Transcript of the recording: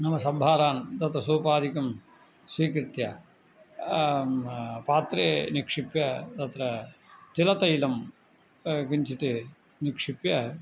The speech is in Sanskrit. नाम सम्भारान् तत् सूपादिकं स्वीकृत्य पात्रे निक्षिप्य तत्र तिलतैलं किञ्चित् निक्षिप्य